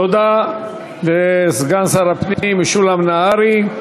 תודה לסגן שר הפנים משולם נהרי.